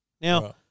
Now